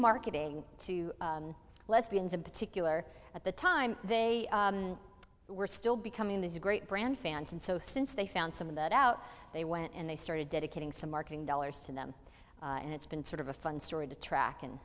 marketing to lesbians in particular at the time they were still becoming these great brand fans and so since they found some of that out they went and they started dedicating some marketing dollars to them and it's been sort of a fun story to track and